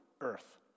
earth